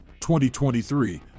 2023